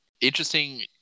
Interesting